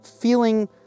feeling